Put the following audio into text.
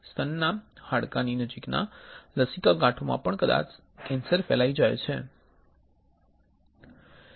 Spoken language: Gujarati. સ્તનના હાડકાની નજીકના લસિકા ગાંઠોમાં પણ કદાચ કેન્સર ફેલાઈ જાય છે